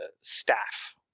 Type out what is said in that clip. staff